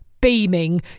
beaming